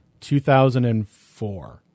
2004